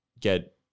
get